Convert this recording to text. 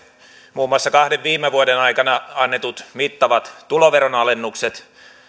muun muassa kahden viime vuoden aikana annetut mittavat tuloveronalennukset